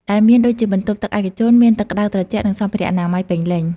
ដែលមានដូចជាបន្ទប់ទឹកឯកជន មានទឹកក្តៅត្រជាក់ និងសម្ភារៈអនាម័យពេញលេញ។